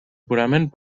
purament